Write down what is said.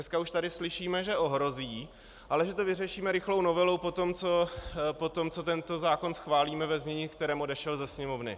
Dneska už tady slyšíme, že ohrozí, ale že to vyřešíme rychlou novelou potom, co tento zákon schválíme ve znění, v kterém odešel ze Sněmovny.